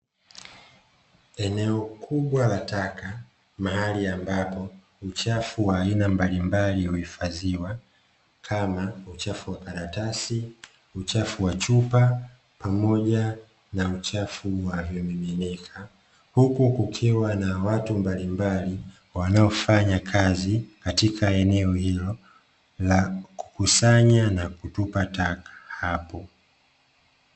Eneo kubwa la taka, mahali ambapo uchafu wa aina mbalimbali huhifadhiwa, kama: uchafu wa karatasi, uchafu wa chupa, pamoja na uchafu wa vimiminika. Huku kukiwa na watu mbalimbali, wanaofanya kazi katika eneo hilo, la kukusanya na kutupa taka hapo.